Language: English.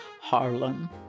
Harlem